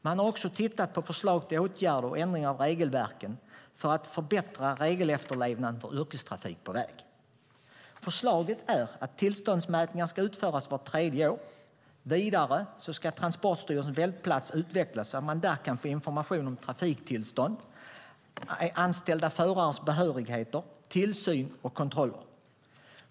Man har också tittat på förslag till åtgärder och ändring av regelverken för att förbättra regelefterlevnaden för yrkestrafik på väg. Förslaget är att tillståndsmätningar ska utföras vart tredje år. Vidare ska Transportstyrelsens webbplats utvecklas så att man där kan få information om trafiktillstånd, anställda förares behörigheter, tillsyn och kontroller.